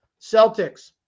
Celtics